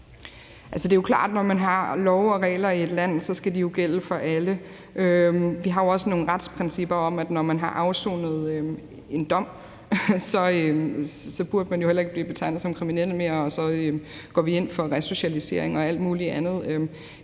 Det er jo klart, at når man har love og regler i et land, skal de gælde for alle. Vi har jo også nogle retsprincipper om, at når man har afsonet en dom, burde man ikke blive betegnet som kriminel mere, og så går vi ind for resocialisering og alt muligt andet